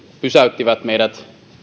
pysäyttivät meidät